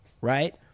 right